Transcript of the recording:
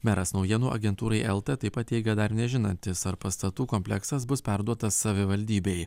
meras naujienų agentūrai elta taip pat teigia dar nežinantis ar pastatų kompleksas bus perduotas savivaldybei